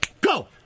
Go